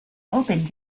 open